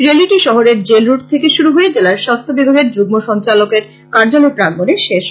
র্যালীটি শহরের jail road থেকে শুরু হয়ে জেলার স্বাস্থ্য বিভাগের যুগ্ম সঞ্চালকের কার্যালয় প্রাঙ্গণে শেষ হয়